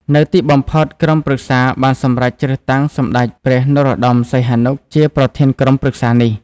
នៅទីបំផុត ក្រុមប្រឹក្សាបានសម្រេចជ្រើសតាំងសម្ដេចព្រះនរោត្តម សីហនុ ជាប្រធានក្រុមប្រឹក្សានេះ។